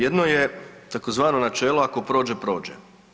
Jedno je tzv. načelo, ako prođe-prođe.